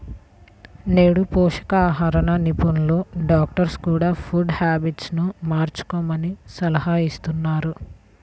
నేడు పోషకాహార నిపుణులు, డాక్టర్స్ కూడ ఫుడ్ హ్యాబిట్స్ ను మార్చుకోమని సలహాలిస్తున్నారు